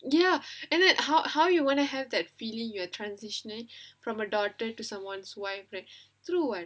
ya and then how how you wanna have that feeling you are transitioning from a daughter to someone's wife like true [what]